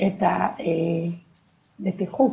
את הבטיחות.